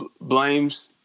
blames